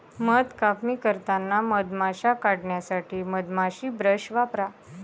मध कापणी करताना मधमाश्या काढण्यासाठी मधमाशी ब्रश वापरा